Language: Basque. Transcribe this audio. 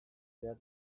behar